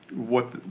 what